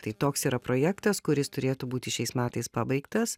tai toks yra projektas kuris turėtų būti šiais metais pabaigtas